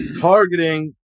targeting